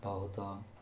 ବହୁତ